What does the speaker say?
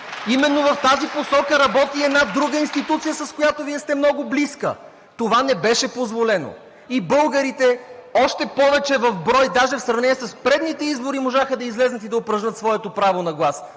Именно в тази посока работи една друга институция, с която Вие сте много близка. Това не беше позволено и българите още повече, в брой даже, в сравнение с предните избори можаха да излязат и упражнят своето право на глас